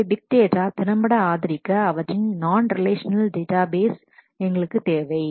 எனவே big data திறம்பட ஆதரிக்க அவற்றின் நான் relational database non relational database எங்களுக்குத் தேவை